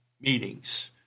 meetings